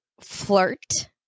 flirt